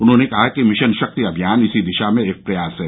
उन्होंने कहा कि मिशन शक्ति अमियान इसी दिशा में एक प्रयास है